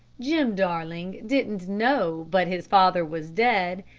jim darling didn't know but his father was dead,